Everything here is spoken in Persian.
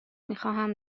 میخواهم